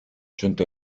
giunto